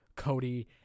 Cody